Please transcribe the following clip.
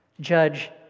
judge